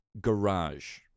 garage